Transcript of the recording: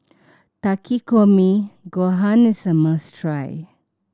Takikomi Gohan is a must try